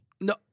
No